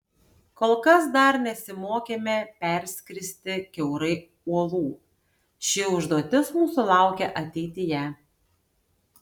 kol kas dar nesimokėme perskristi kiaurai uolų ši užduotis mūsų laukia ateityje